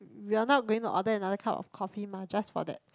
we are not going to order another cup of coffee mah just for that